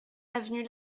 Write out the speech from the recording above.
avenue